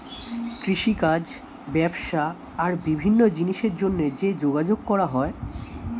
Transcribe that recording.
কৃষিকাজ, ব্যবসা আর বিভিন্ন জিনিসের জন্যে যে যোগাযোগ করা হয়